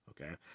okay